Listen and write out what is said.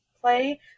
play